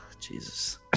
jesus